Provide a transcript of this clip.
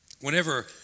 Whenever